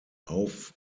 auf